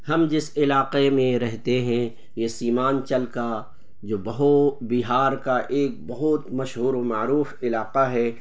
ہم جس علاقے میں رہتے ہیں یہ سیمانچل کا جو بہت بہار کا ایک بہت مشہور و معروف علاقہ ہے